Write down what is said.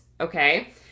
okay